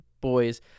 boys